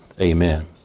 amen